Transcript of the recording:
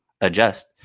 adjust